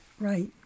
right